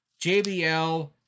JBL